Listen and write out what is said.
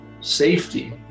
safety